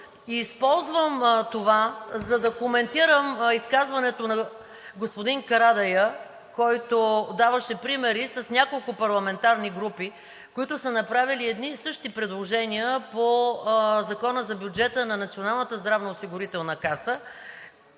Използвам това, за да коментирам изказването на господин Карадайъ, който даваше примери с няколко парламентарни групи, които са направили едни и същи предложения по Закона за бюджета на Националната здравноосигурителна каса.